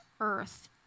earth